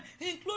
Include